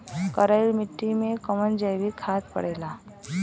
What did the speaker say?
करइल मिट्टी में कवन जैविक खाद पड़ेला?